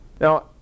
Now